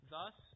Thus